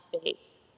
space